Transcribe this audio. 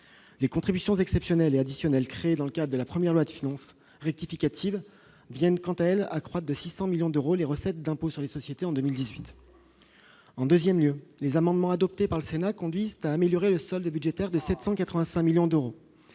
Les contributions exceptionnelles et additionnelles créées dans le cadre de la première loi de finances rectificative viennent, quant à elles, accroître de 600 millions d'euros les recettes d'impôt sur les sociétés en 2018. En second lieu, les amendements adoptés par le Sénat conduisent à améliorer le solde budgétaire de 785 millions d'euros.